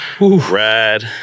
Ride